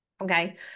Okay